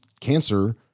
cancer